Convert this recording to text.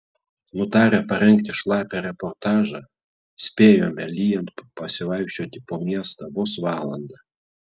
nutarę parengti šlapią reportažą spėjome lyjant pasivaikščioti po miestą vos valandą